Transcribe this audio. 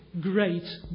great